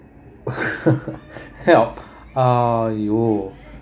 help !aiyo!